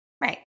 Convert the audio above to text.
Right